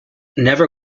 never